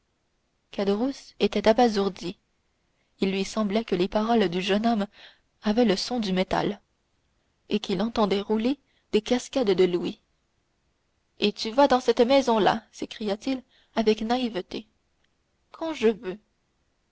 était abasourdi il lui semblait que les paroles du jeune homme avaient le son du métal et qu'il entendait rouler des cascades de louis et tu vas dans cette maison-là s'écria-t-il avec naïveté quand je veux